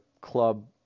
club